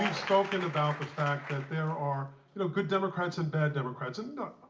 spoken about the fact that there are you know, good democrats and bad democrats, and.